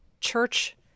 church